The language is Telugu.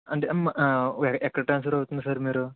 అంటే ఆ ఎక్కడ ట్రాన్స్ఫర్ అవుతుంది సార్ మీరు